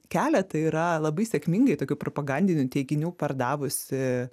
keletą yra labai sėkmingai tokių propagandinių teiginių pardavusi